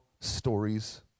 stories